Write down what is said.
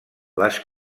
les